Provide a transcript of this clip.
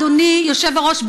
אדוני היושב-ראש,